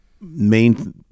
Main